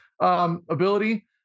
ability